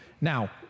Now